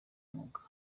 mwuga